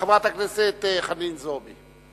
חברת הכנסת חנין זועבי.